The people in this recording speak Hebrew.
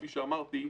כפי שאמרתי,